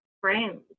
friends